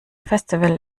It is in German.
festival